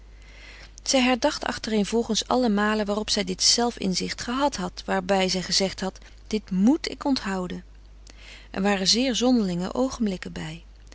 zij herdacht achtereenvolgens alle malen waarop zij dit zelf inzicht gehad had waarbij zij gezegd had dit moet ik onthouden er waren zeer zonderlinge oogenblikken bij